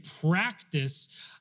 practice